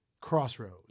crossroads